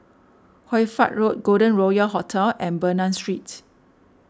Hoy Fatt Road Golden Royal Hotel and Bernam Street